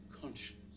conscience